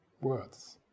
words